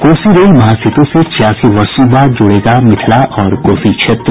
Kosi rail Mahasetu से छियासी वर्षों बाद जुड़ेगा मिथिला और कोसी क्षेत्र